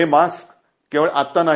हे मास्क केवळ आता नाही